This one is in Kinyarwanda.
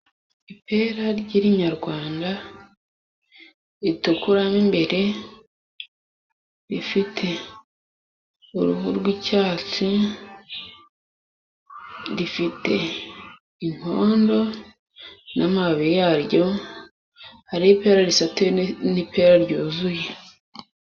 Ipera ry'irinyarwanda ritukuramo imbere, rifite uruhu rw'icyatsi, rifite inkondo n'amababi yaryo. Hari ipera risatuye n'ipera ryuzuye.